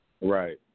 Right